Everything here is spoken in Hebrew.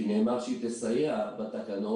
כי נאמר שהיא תסייע בתקנות.